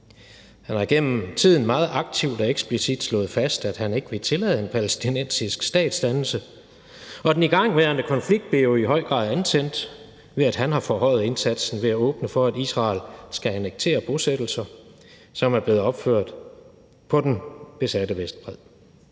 Han har igennem tiden meget aktivt og eksplicit slået fast, at han ikke vil tillade en palæstinensisk statsdannelse, og den igangværende konflikt blev jo i høj grad antændt, ved at han har forhøjet indsatsen ved at åbne for, at Israel skal annektere bosættelser, som er blevet opført på den besatte Vestbred.